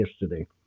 yesterday